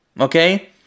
okay